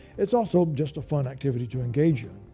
it's also just a fun activity to engage in.